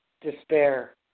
despair